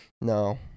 No